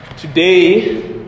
Today